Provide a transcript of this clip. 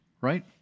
right